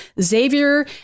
xavier